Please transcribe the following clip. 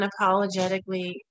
unapologetically